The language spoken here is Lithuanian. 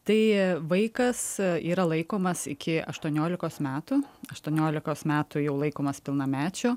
tai vaikas yra laikomas iki aštuoniolikos metų aštuoniolikos metų jau laikomas pilnamečiu